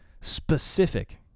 specific